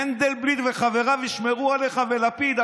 מנדלבליט וחבריו ישמרו עליך, ולפיד.